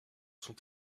sont